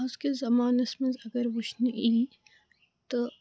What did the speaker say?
آزکِس زَمانَس منٛز اَگَر وُچھنہٕ یی تہٕ